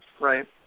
Right